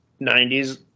90s